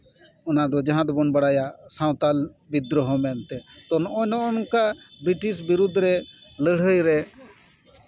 ᱚᱱᱟ ᱫᱚ ᱡᱟᱦᱟᱸ ᱫᱚᱵᱚᱱ ᱵᱟᱲᱟᱭᱟ ᱥᱟᱱᱛᱟᱲ ᱵᱤᱫᱽᱫᱨᱚᱦᱚ ᱢᱮᱱᱛᱮ ᱛᱚ ᱱᱚᱜᱼᱚᱭ ᱱᱚᱝᱠᱟ ᱵᱨᱤᱴᱤᱥ ᱵᱤᱨᱩᱫᱽ ᱨᱮ ᱞᱟᱹᱲᱦᱟᱹᱭ ᱨᱮ